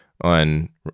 on